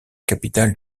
capitale